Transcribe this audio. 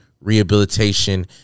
rehabilitation